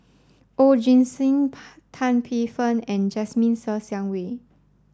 Oon Jin Gee Tan Paey Fern and Jasmine Ser Xiang Wei